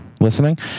listening